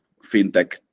fintech